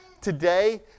today